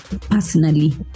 personally